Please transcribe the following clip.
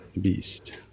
Beast